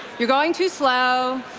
you're going too slow.